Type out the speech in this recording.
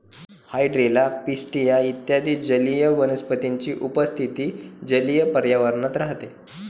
hydrilla, pistia इत्यादी जलीय वनस्पतींची उपस्थिती जलीय पर्यावरणात राहते